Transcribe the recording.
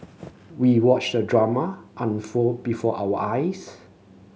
we watched the drama unfold before our eyes